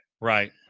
Right